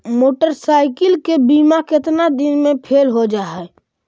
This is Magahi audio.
मोटरसाइकिल के बिमा केतना दिन मे फेल हो जा है?